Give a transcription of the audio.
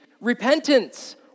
repentance